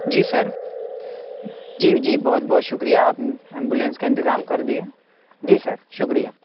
جی sir جی جی بہت بہت شکریہ آپ ایمبولینس کا انتظام کر دیا جی سر شکریہ